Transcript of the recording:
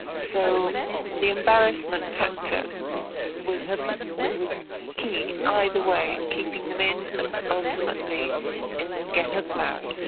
so the embarrassment factor was was key, either way, in keeping them in and ultimately in getting them out.